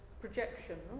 projection